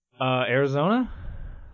Arizona